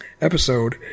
episode